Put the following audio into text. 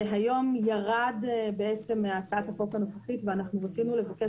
זה היום ירד מהצעת החוק הנוכחית ואנחנו רצינו לבקש,